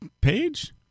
page